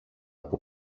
από